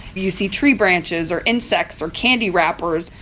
you see tree branches or insects or candy wrappers.